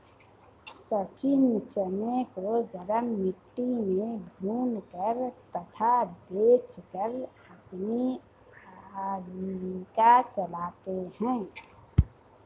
सचिन चने को गरम मिट्टी में भूनकर तथा बेचकर अपनी आजीविका चलाते हैं